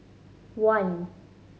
one